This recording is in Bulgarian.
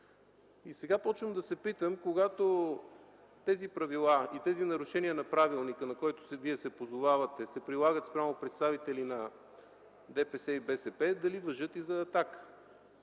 Сега започвам да се питам, когато тези правила и тези нарушения на правилника, на който вие се позовавате, се прилагат спрямо представители на ДПС и БСП, дали важат и за „Атака”?!